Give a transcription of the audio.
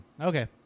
Okay